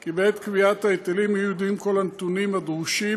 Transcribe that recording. כי בעת קביעת ההיטלים יהיו ידועים כל הנתונים הדרושים,